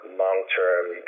long-term